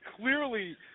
clearly